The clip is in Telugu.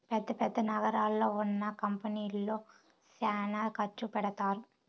పెద్ద పెద్ద నగరాల్లో ఉన్న కంపెనీల్లో శ్యానా ఖర్చు పెడతారు